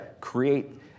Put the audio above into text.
create